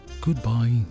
goodbye